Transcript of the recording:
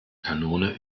kanone